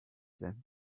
them